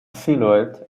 silhouette